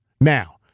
now